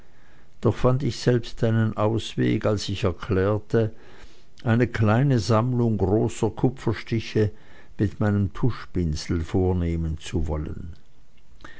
doch fand ich selbst einen ausweg als ich erklärte eine kleine sammlung großer kupferstiche mit meinem tuschpinsel vornehmen zu wollen